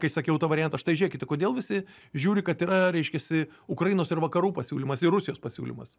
kai sakiau tą variantą štai žiūrėkite kodėl visi žiūri kad yra reiškiasi ukrainos ir vakarų pasiūlymas ir rusijos pasiūlymas